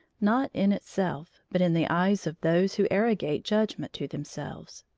not in itself, but in the eyes of those who arrogate judgment to themselves.